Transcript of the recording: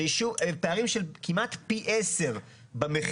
זה פערים של כמעט פי 10 במחירים,